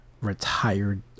retired